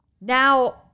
now